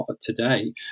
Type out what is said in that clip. today